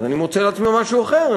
אז אני מוצא לעצמי משהו אחר.